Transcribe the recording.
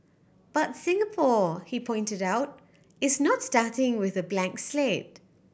but Singapore he pointed out is not starting with a blank slate